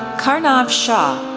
karnavv shah,